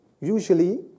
usually